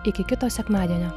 iki kito sekmadienio